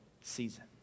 season